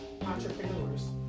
entrepreneurs